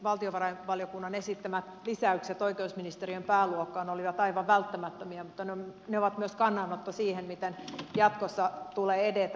valtiovarainvaliokunnan esittämät lisäykset oikeusministeriön pääluokkaan olivat aivan välttämättömiä mutta ne ovat myös kannanotto siihen miten jatkossa tulee edetä